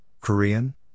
Korean